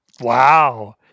Wow